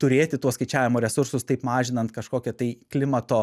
turėti tuos skaičiavimo resursus taip mažinant kažkokią tai klimato